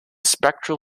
spectral